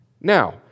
Now